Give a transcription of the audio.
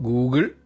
Google